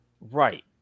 Right